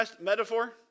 metaphor